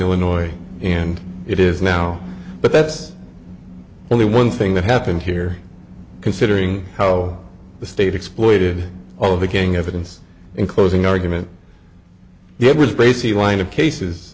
illinois and it is now but that's only one thing that happened here considering how the state exploited all of the king evidence in closing argument it was basically line of cases